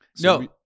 No